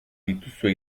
dituzue